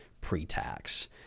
pre-tax